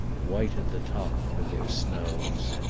white at the top with their snows.